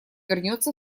вернется